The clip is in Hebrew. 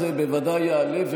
והחוק הזה בוודאי יעלה,